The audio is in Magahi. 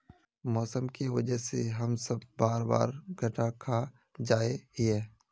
मौसम के वजह से हम सब बार बार घटा खा जाए हीये?